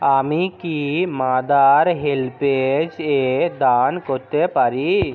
আমি কি Mother HelpAge এ দান করতে পারি